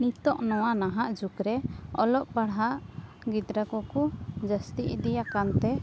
ᱱᱤᱛᱚᱜ ᱱᱚᱣᱟ ᱱᱟᱦᱟᱜ ᱡᱩᱜᱽ ᱨᱮ ᱚᱞᱚᱜ ᱯᱟᱲᱦᱟᱜ ᱜᱤᱫᱽᱨᱟᱹ ᱠᱚ ᱠᱚ ᱡᱟᱹᱥᱛᱤ ᱤᱫᱤ ᱟᱠᱟᱱ ᱛᱮ